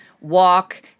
Walk